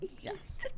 yes